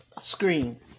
screen